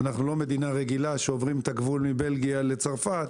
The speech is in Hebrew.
אנחנו לא מדינה רגילה שעוברים את הגבול מבלגיה לצרפת,